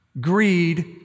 Greed